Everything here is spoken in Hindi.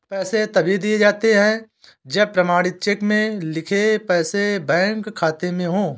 पैसे तभी दिए जाते है जब प्रमाणित चेक में लिखे पैसे बैंक खाते में हो